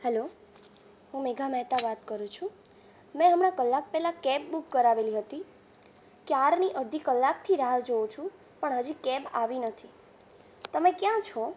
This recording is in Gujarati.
હેલો હું મેઘા મહેતા વાત કરું છું મેં હમણાં કલાક પહેલાં કેબ બૂક કરાવેલી હતી ક્યારની અડધી કલાકથી રાહ જોઉં છું પણ હજી કેબ આવી નથી તમે ક્યાં છો